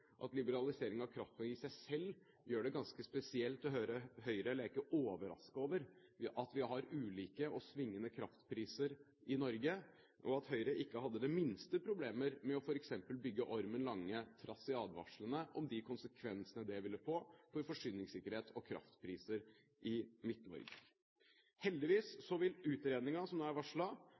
og liberalisering av kraften i seg selv gjør det ganske spesielt å høre Høyre leke overrasket over at vi har ulike og svingende kraftpriser i Norge, og at Høyre ikke hadde det minste problem med f.eks. å bygge Ormen Lange, trass i advarslene om de konsekvensene det ville få for forsyingssikkerhet og kraftpriser i Midt-Norge. Heldigvis vil utredningen som nå er